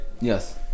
Yes